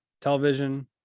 television